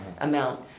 amount